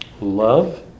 Love